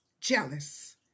jealous